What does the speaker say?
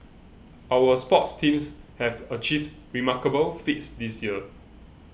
our sports teams have achieved remarkable feats this year